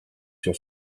sur